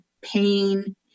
pain